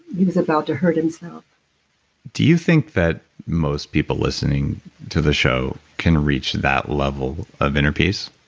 he was about to hurt himself do you think that most people listening to the show can reach that level of inner peace?